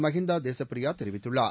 மஹிந்தா தேசபிரியா தெரிவித்துள்ளார்